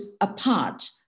apart